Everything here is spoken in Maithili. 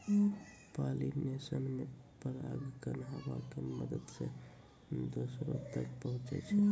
पालिनेशन मे परागकण हवा के मदत से दोसरो तक पहुचै छै